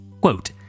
quote